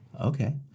okay